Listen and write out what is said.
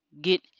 get